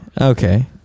Okay